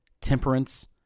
temperance